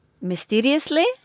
mysteriously